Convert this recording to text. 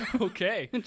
Okay